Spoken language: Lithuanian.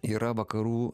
yra vakarų